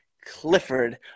Clifford